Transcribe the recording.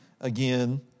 again